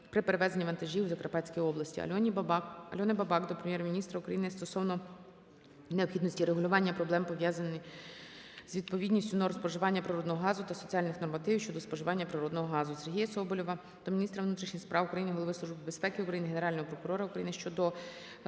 при перевезенні вантажів у Закарпатській області. АльониБабак до Прем'єр-міністра України стосовно необхідності врегулювання проблеми, пов'язаної з невідповідністю норм споживання природного газу та соціальних нормативів щодо споживання природного газу. Сергія Соболєва до міністра внутрішніх справ України, Голови Служби безпеки України, Генерального прокурора України про